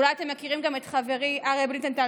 אולי אתם מכירים גם את חברי אריה בליטנטל,